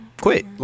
quit